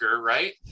Right